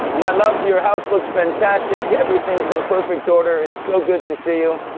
my love, your house looks fantastic. everything's in perfect order. it's so good to see you.